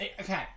Okay